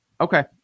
Okay